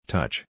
Touch